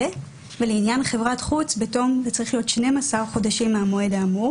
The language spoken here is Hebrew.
ולעניין חברת חוץ בתום 12 חודשים מהמועד האמור